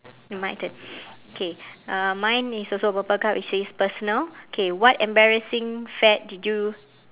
my turn okay uh mine is also purple card which says personal okay what embarrassing fad did you